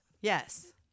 Yes